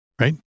right